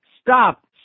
Stop